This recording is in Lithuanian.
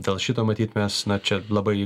dėl šito matyt mes na čia labai